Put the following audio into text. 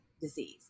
disease